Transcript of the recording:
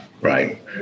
Right